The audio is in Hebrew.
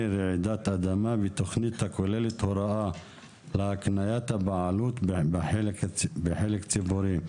רעידת אדמה ותכנית הכוללת הוראה להקניית הבעלות בחלק ציבורי),